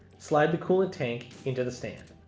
slide the coolant tank into the stand.